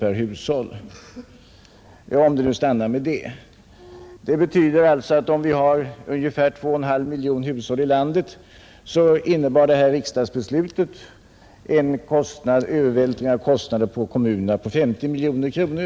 per hushåll, och frågan är om den kommer att stanna vid det. Om vi har ungefär 2 1/2 miljon hushåll i landet, innebär detta riksdagens beslut en övervältring av kostnader på kommunerna på i runt tal 50 miljoner kronor.